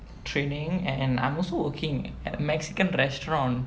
training and I'm also working at a mexican restaurant